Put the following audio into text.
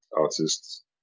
artists